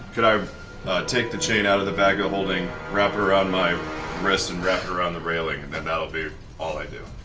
can i take the chain out of the bag of holding, wrap it around my wrist, and wrap it around the railing, and then that'll be all i do.